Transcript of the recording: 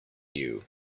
you